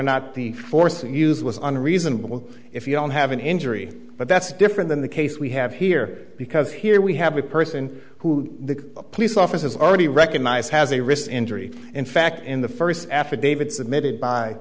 not the force used was an reasonable if you don't have an injury but that's different than the case we have here because here we have a person who the police officers are already recognized has a wrist injury in fact in the first affidavit submitted by